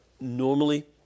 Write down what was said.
normally